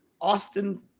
Austin